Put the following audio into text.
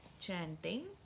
chanting